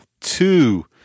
two